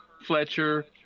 Fletcher